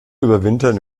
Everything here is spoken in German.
überwintern